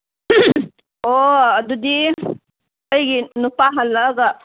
ꯑꯣ ꯑꯗꯨꯗꯤ ꯑꯩꯒꯤ ꯅꯨꯄꯥ ꯍꯜꯂꯛꯑꯒ